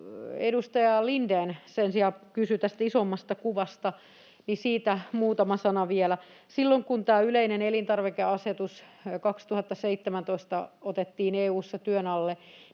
edustaja Lindén sen sijaan kysyi tästä isommasta kuvasta, niin siitä muutama sana vielä. Silloin kun tämä yleinen elintarvikeasetus vuonna 2017 otettiin EU:ssa työn alle,